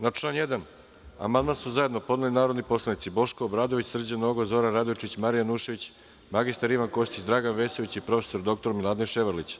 Na član 1. amandman su zajedno podneli narodni poslanici Boško Obradović, Srđan Nogo, Zoran Radojičić, Marija Janjušević, mr Ivan Kostić, Dragan Vesović i prof. dr Miladin Ševarlić.